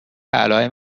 علایم